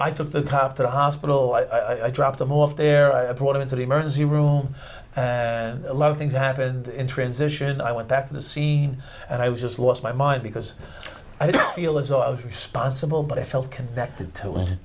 i took the cop to the hospital i dropped him off there i brought him into the emergency room and a lot of things happened in transition i went back to the scene and i just lost my mind because i didn't feel as though i was responsible but i felt connected to